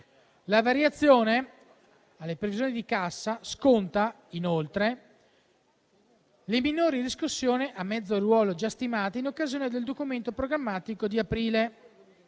La variazione alle previsioni di cassa sconta, inoltre, le minori riscossioni a mezzo ruolo già stimate in occasione del documento programmatico di aprile.